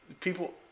people